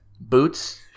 Boots